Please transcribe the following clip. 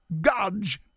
God's